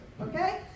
Okay